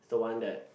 the one that